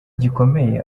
gikomeye